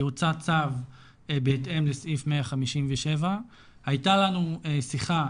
והוצא צו בהתאם לסעיף 157. הייתה לנו שיחה,